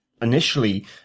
Initially